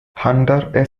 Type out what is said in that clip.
hunter